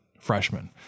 freshman